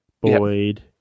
Boyd